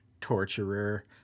torturer